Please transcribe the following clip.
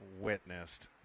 witnessed